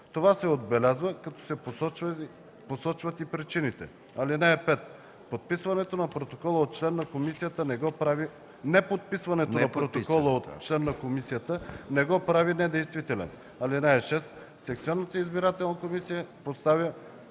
това се отбелязва, като се посочват и причините. (5) Неподписването на протокола от член на комисията не го прави недействителен. (6) Секционната избирателна комисия поставя